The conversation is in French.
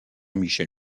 michel